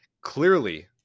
Clearly